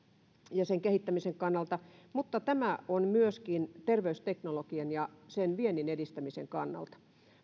ja sen kehittämisen kannalta mutta myöskin terveysteknologian ja sen viennin edistämisen kannalta